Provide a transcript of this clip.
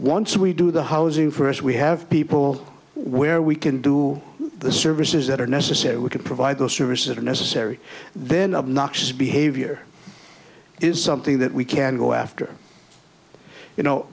once we do the housing first we have people where we can do the services that are necessary we can provide those services that are necessary then obnoxious behavior is something that we can go after you know